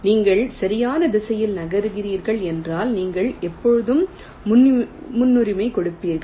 நீங்கள் சரியான திசையில் நகர்கிறீர்கள் என்றால் நீங்கள் எப்போதும் முன்னுரிமை கொடுப்பீர்கள்